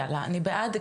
יאללה, אני בעד.